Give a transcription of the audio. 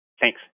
Thanks